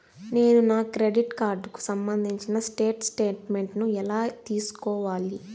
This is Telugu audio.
నేను నా క్రెడిట్ కార్డుకు సంబంధించిన స్టేట్ స్టేట్మెంట్ నేను ఎలా తీసుకోవాలి?